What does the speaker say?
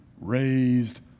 raised